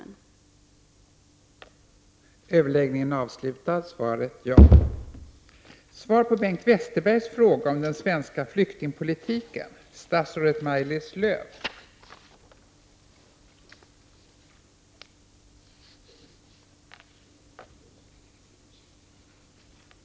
Varför kan man inte ge kommunerna denna möjlighet?